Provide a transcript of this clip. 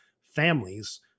families